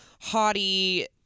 haughty